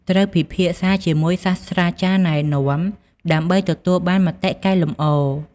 ត្រូវពិភាក្សាជាមួយសាស្រ្តាចារ្យណែនាំដើម្បីទទួលបានមតិកែលម្អ។